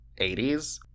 80s